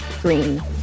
green